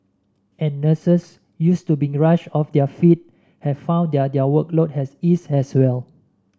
and nurses used to being rushed off their feet have found that their workload has eased as well